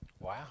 Wow